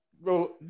bro